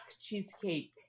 cheesecake